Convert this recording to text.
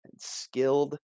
skilled